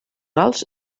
alts